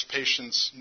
patients